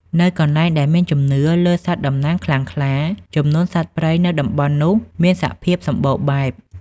នៅកន្លែងដែលមានជំនឿលើសត្វតំណាងខ្លាំងក្លា ចំនួនសត្វព្រៃនៅតំបន់នោះមានសភាពសំបូរបែប។